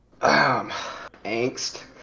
angst